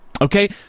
Okay